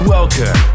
Welcome